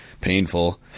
painful